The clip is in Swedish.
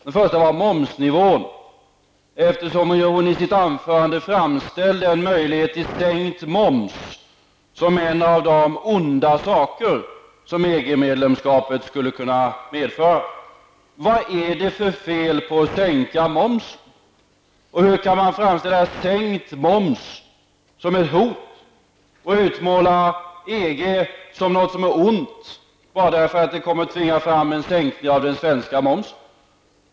Den första gällde momsnivån, eftersom hon i sitt anförande framställde möjligheten till sänkt moms som en av de onda saker som medlemskapet skulle kunna medföra. Vad är det för fel på att sänka momsen? Hur kan man framställa sänkt moms som ett hot och utmåla EG som något ont därför att en anslutning kommer att tvinga fram en sänkning av den svenska momsen?